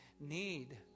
need